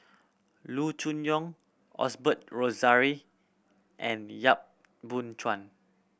Loo Choon Yong Osbert Rozario and Yap Boon Chuan